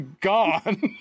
gone